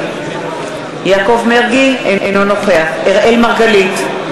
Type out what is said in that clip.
אינו נוכח אראל מרגלית,